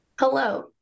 Hello